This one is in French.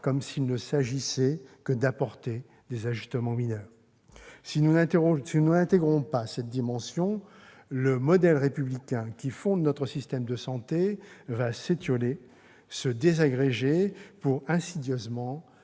comme s'il ne s'agissait que d'apporter des ajustements mineurs. Si nous n'intégrons pas cette dimension, le modèle républicain qui fonde notre système de santé va s'étioler, se désagréger pour insidieusement